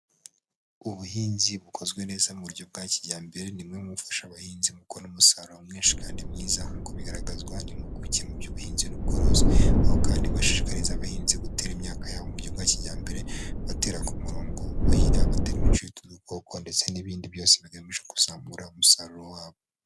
Ubuhinzi bukozwe neza mu buryo bwa kijyambere ni mu bifasha abahinzi kubona umusaruro mwinshi kandi mwiza nkuko bigaragazwa n'impuguke muby'ubuhinzi n'ubworozi, aho kandi bashishikariza abahinzi gutera imyaka yabo mu buryo bwa kijyambere, batera ku murongo, buhira, batera imiti yica udukoko ndetse n'ibindi byose bigamije kuzamura umusaruro wabo.